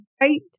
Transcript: right